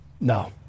No